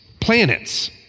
Planets